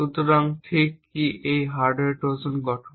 সুতরাং ঠিক কি একটি হার্ডওয়্যার ট্রোজান গঠন